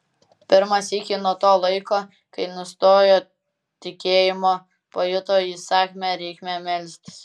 pirmą sykį nuo to laiko kai nustojo tikėjimo pajuto įsakmią reikmę melstis